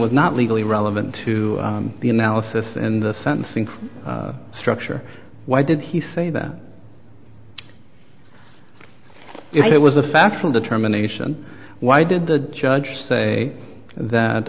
was not legally relevant to the analysis in the sentencing structure why did he say that if it was a factual determination why did the judge say